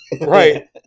Right